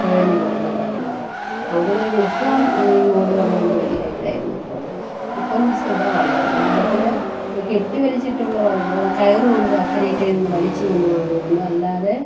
തുഴഞ്ഞ് പോകുന്നതായിരുന്നു അത് അത് കഴിഞ്ഞ് ഇപ്പം ഈ ഓടുവള്ളമൊന്നുമില്ല ഇവിടെയൊന്നും ഇപ്പം ഇപ്പം സാദാ വള്ളം വള്ളത്തിൽ കെട്ടി വലിച്ചിട്ടുള്ള ഭാഗം കയർ കൊണ്ട് അക്കരെ ഇക്കരെ നിന്ന് വലിച്ച് പോകുന്ന വള്ളമുണ്ട് അല്ലാതെ